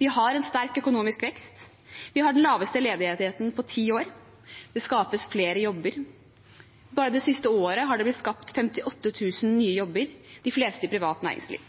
Vi har en sterk økonomisk vekst, vi har den laveste ledigheten på ti år, det skapes flere jobber – bare det siste året har det blitt skapt 58 000 nye jobber, de fleste i privat næringsliv.